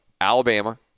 Alabama